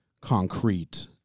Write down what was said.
concrete